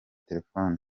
telefoni